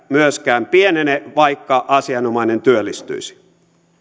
myöskään pienene vaikka asianomainen työllistyisi